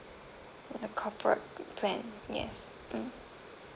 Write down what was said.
for the corporate plan yes mm